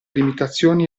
limitazioni